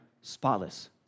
spotless